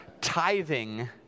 Tithing